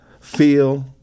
feel